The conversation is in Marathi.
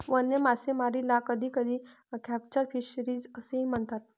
वन्य मासेमारीला कधीकधी कॅप्चर फिशरीज असेही म्हणतात